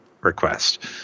request